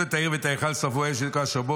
וילכדו את העיר ואת ההיכל שרפו באש וכל אשר בתוכו,